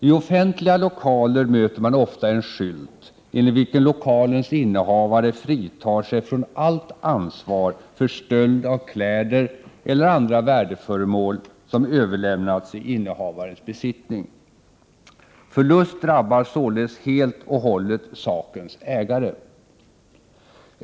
I offentliga lokaler möter man ofta en skylt, enligt vilken lokalens innehavare fritar sig från allt ansvar för stöld av kläder eller andra värdeföremål som överlämnats i innehavarens besittning. Förlust drabbar således helt och hållet sakens ägare.